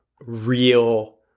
real